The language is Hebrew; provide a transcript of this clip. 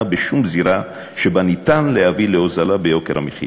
בשום זירה שבה ניתן להביא להוזלה ביוקר המחיה.